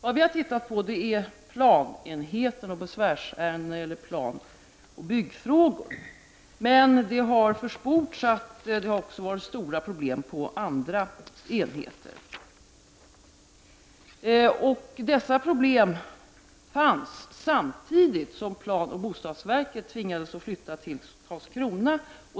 Det vi har tittat på är planenheten och besvärsärenden som gäller planoch byggfrågor. Men det har försports att det också har varit stora problem på andra enheter. Dessa problem fanns samtidigt som planoch bostadsverket tvingades att flytta till Karlskrona.